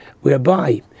whereby